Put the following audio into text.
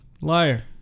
Liar